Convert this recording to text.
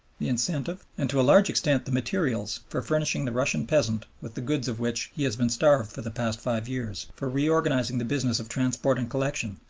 the incentive, and to a large extent the materials for furnishing the russian peasant with the goods of which be has been starved for the past five years, for reorganizing the business of transport and collection,